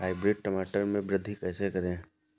Hybrid टमाटर में वृद्धि कैसे करें?